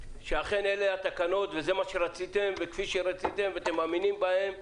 שאכן אלה התקנות וזה מה שרציתם וכפי שרציתם ואתם מאמינים בהן.